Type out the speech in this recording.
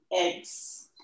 Eggs